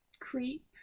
Creep